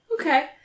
Okay